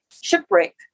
shipwreck